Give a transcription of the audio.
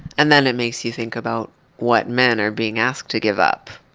and then it makes you think about what men are being asked to give up.